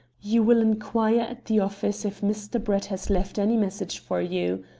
you will inquire the office if mr. brett has left any message for you.